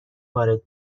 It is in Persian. وارد